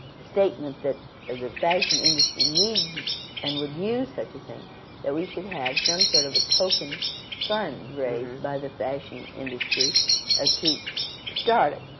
statement that the fashion industry needs and would use such a thing that we should have some sort of a token fund raised by the fashion industry ah to start it.